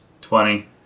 Twenty